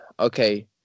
Okay